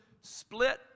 split